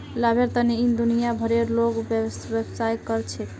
लाभेर तने इ दुनिया भरेर लोग व्यवसाय कर छेक